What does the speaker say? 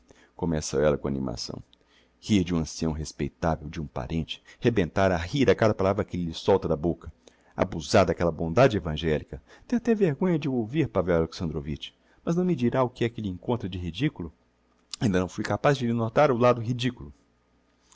começa ella com animação rir de um ancião respeitavel de um parente rebentar a rir a cada palavra que elle solta da bôcca abusar d'aquella bondade evangelica tenho até vergonha de o ouvir pavel alexandrovitch mas não me dirá o que é que lhe encontra de ridiculo ainda não fui capaz de lhe notar o lado ridiculo